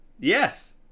yes